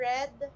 Red